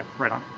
right on.